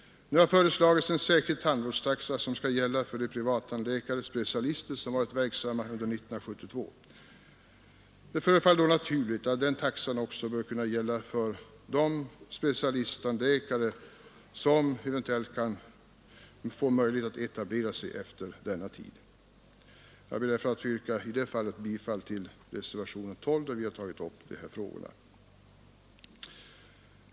Nu har det föreslagits en särskild tandvårdstaxa som skall gälla för de privattandläkare-specialister som varit verksamma 1972. Det förefaller då naturligt att den taxan också bör gälla för de specialisttandläkare som eventuellt får möjlighet att etablera sig efter denna tid. Jag ber i det fallet att få yrka bifall till reservationen XII, där vi har tagit upp dessa frågor.